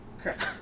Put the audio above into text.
Correct